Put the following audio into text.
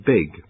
Big